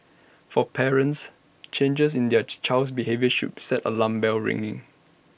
for parents changers in their child's behaviour should set the alarm bells ringing